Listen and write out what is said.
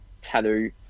tattoo